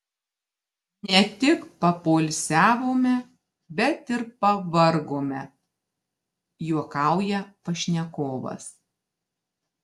ne tik papoilsiavome bet ir pavargome juokauja pašnekovas